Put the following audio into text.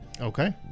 Okay